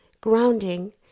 Grounding